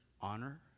honor